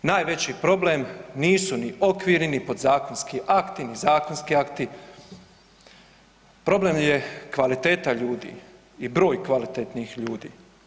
Najveći problem nisu ni okvirni ni podzakonski akti ni zakonski akti, problem je kvaliteta ljudi i broj kvalitetnih ljudi.